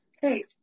hey